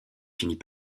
finit